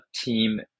team